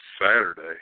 Saturday